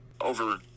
over